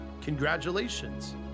congratulations